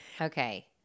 Okay